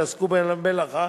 שעסקו במלאכה